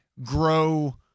grow